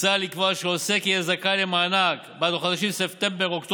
מוצע לקבוע שעוסק יהיה זכאי למענק בעד החודשים ספטמבר-אוקטובר